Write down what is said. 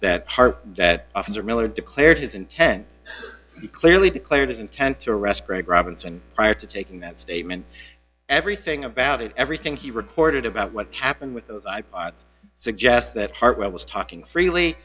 part that officer miller declared his intent clearly declared his intent to arrest craig robinson prior to taking that statement everything about it everything he reported about what happened with those i pods suggest that hartnell was talking freely